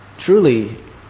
truly